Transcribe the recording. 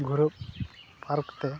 ᱜᱷᱩᱨᱟᱹᱜ park ᱛᱮ